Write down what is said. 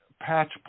patch